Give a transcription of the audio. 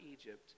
Egypt